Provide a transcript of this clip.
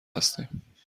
هستیم